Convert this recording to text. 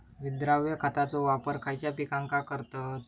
विद्राव्य खताचो वापर खयच्या पिकांका करतत?